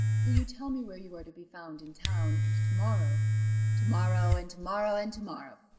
will you tell me where you are to be found in town, and to-morrow to-morrow, and to-morrow, and to-morrow,